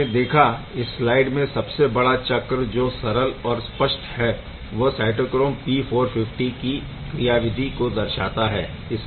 आपने देखा इस स्लाइड में सबसे बड़ा चक्र जो सरल और स्पष्ट है वह साइटोक्रोम P450 की क्रियाविधि को दर्शाता है